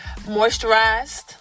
Moisturized